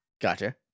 Gotcha